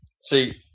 See